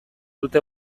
dute